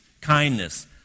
kindness